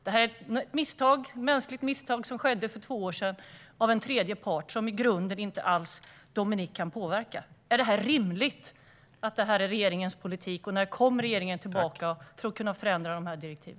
Det här är ett mänskligt misstag som begicks för två år sedan av en tredje part, som Dominic i grunden inte alls kunde påverka. Är det rimligt att detta är regeringens politik? När kommer regeringen tillbaka för att kunna förändra dessa direktiv?